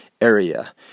area